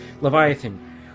Leviathan